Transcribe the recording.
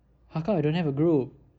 how come I don't have a group